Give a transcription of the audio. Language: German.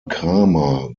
kramer